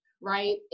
right